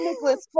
Nicholas